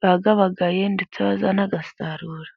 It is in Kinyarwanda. bayabagaye ndetse bazanayasarura.